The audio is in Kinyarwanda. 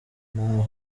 naho